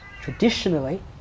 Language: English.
traditionally